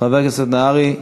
חבר הכנסת נהרי,